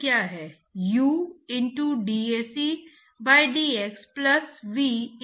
तो ध्यान दें कि पाइप प्रवाह में आप पहले से ही विशेषता लंबाई के पैमाने का अध्ययन कर चुके हैं जो पाइप का व्यास है